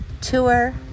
tour